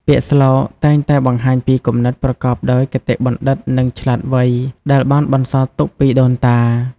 ពាក្យស្លោកតែងតែបង្ហាញពីគំនិតប្រកបដោយគតិបណ្ឌិត និងឆ្លាតវៃដែលបានបន្សល់ទុកពីដូនតា។